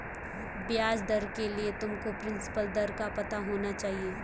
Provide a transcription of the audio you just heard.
ब्याज दर के लिए तुमको प्रिंसिपल दर का पता होना चाहिए